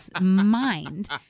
mind